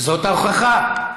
זאת ההוכחה.